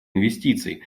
инвестиций